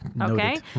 Okay